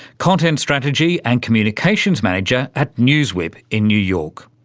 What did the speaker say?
content strategy and communications manager at newswhip in new york.